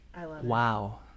wow